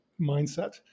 mindset